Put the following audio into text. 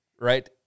right